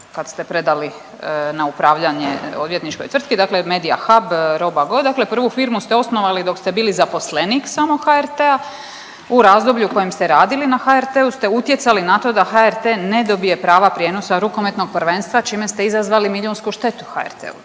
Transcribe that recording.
kad ste predali na upravljanje odvjetničkoj tvrtki, dakle Media Hub, RO.BA.GO, dakle prvu firmu ste osnovali dok ste bili zaposlenik samo HRT-a u razdoblju u kojem ste radili na HRT-u ste utjecali na to da HRT ne dobije prava prijenosa rukometnog prvenstva, čime ste izazvali milijunsku štetu HRT-u.